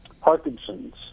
Parkinson's